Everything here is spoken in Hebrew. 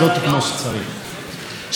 הם עד כדי כך לא יודעים לטפל,